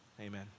amen